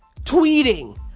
Tweeting